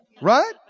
Right